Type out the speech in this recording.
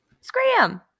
Scram